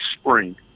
spring